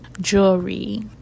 jewelry